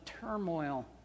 turmoil